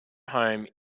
home